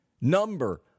number